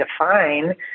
define